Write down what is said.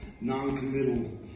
noncommittal